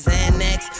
Xanax